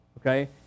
okay